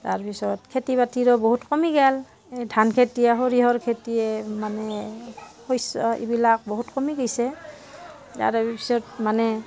তাৰপিছত খেতি বাতিৰো বহুত কমি গ'ল এই ধান খেতি সৰিয়ঁহৰ খেতিয়ে মানে শস্য এইবিলাক বহুত কমি গৈছে তাৰেপিছত মানে